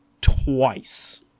twice